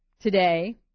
today